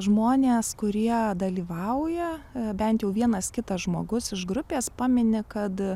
žmonės kurie dalyvauja bent jau vienas kitas žmogus iš grupės pamini kad